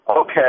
Okay